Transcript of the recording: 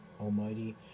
Almighty